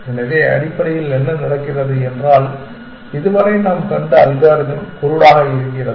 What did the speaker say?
எனவே அடிப்படையில் என்ன நடக்கிறது என்றால் இதுவரை நாம் கண்ட அல்காரிதம் குருடாக இருக்கிறது